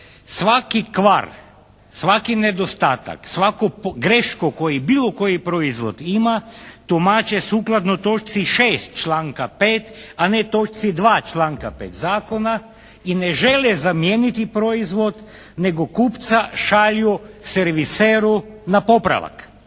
Svaki kvar, svaki nedostatak, svaku grešku koju bilo koji proizvod ima tumače sukladno točci 6. članka 5., a ne točci 2. članka 5. zakona i ne žele zamijeniti proizvod, nego kupca šalju serviseru na popravak,